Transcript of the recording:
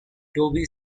toby